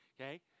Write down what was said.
okay